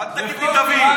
אל תגיד לי דוד.